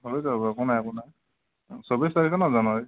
হৈ যাব একো নাই একো নাই অঁঁ চৌব্বিছ তাৰিখে ন জানুৱাৰীৰ